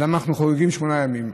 אז למה אנחנו חוגגים שמונה ימים?